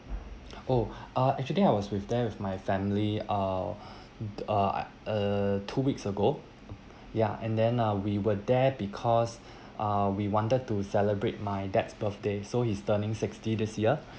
oh uh actually I was with there with my family uh uh uh two weeks ago ya and then uh we were there because uh we wanted to celebrate my dad's birthday so he's turning sixty this year